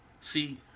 see